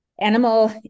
animal